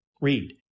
Read